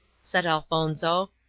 said elfonzo.